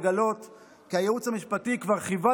לגלות כי הייעוץ המשפטי כבר חיווה